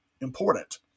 important